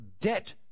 debt